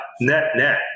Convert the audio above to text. net-net